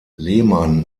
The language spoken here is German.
lehmann